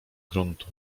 gruntu